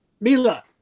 Mila